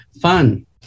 fun